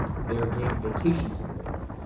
their game vacation simulator.